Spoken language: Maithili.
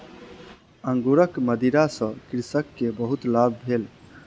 अंगूरक मदिरा सॅ कृषक के बहुत लाभ भेल